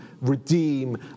redeem